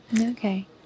Okay